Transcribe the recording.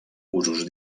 usos